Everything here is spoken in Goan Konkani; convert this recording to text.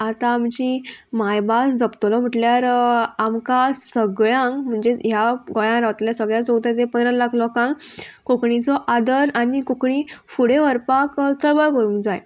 आतां आमची मायभास जपतलो म्हटल्यार आमकां सगळ्यांक म्हणजे ह्या गोंयांत रावतल्या सगळ्यांक चवदा ते पंदरा लाख लोकांक कोंकणीचो आदर आनी कोंकणी फुडें व्हरपाक चळवळ करूंक जाय